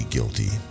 Guilty